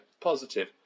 positive